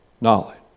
knowledge